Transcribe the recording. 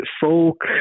folk